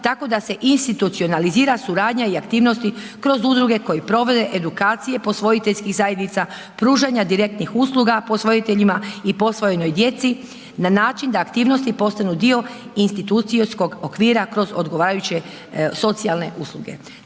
tako da se institucionalizira suradnja i aktivnosti kroz udruge koje provode edukacije posvojiteljskih zajednica, pružanja direktnih usluga posvojiteljima i posvojenoj djeci na način da aktivnosti postanu dio institucijskog okvira kroz odgovarajuće socijalne usluge.